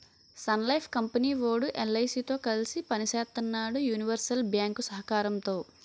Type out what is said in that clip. Sun Life company వోడు LIC తో కలిసి పని సేత్తన్నాడు యూనివర్సల్ బ్యేంకు సహకారంతో